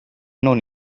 non